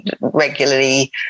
regularly